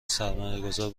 سرمایهگذار